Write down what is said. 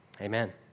amen